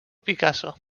picasso